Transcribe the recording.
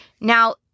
Now